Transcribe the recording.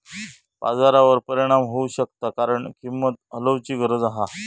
बाजारावर परिणाम होऊ शकता कारण किंमत हलवूची गरज हा